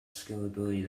scalability